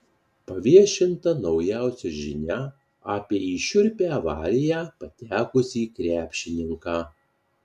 paviešinta naujausia žinia apie į šiurpią avariją patekusį krepšininką